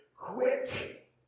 Quick